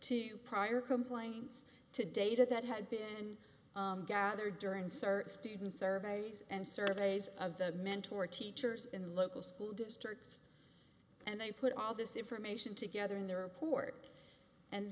to prior complaints to data that had been gathered during certain student surveys and surveys of the mentor teachers and local school districts and they put all this information together in their report and